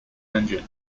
engine